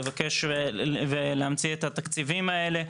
לבקש ולהמציא את התקציבים האלה,